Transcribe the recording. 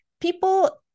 people